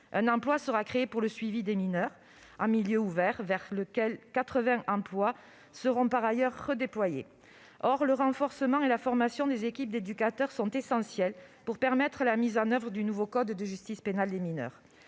Un emploi sera créé pour le suivi des mineurs en milieu ouvert, vers lequel 83 emplois seront redéployés par ailleurs. Le renforcement et la formation des équipes d'éducateurs sont essentiels pour mettre en oeuvre le nouveau code de la justice pénale des mineurs.